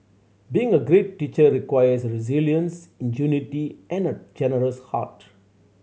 being a great teacher requires resilience ingenuity and a generous heart